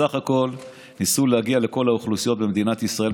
בסך הכול ניסו להגיע לכל האוכלוסיות במדינת ישראל,